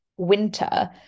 winter